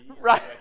right